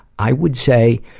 i would say